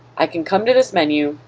i can come to this menu,